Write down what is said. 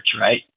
right